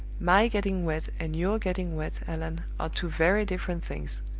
my getting wet, and your getting wet, allan, are two very different things.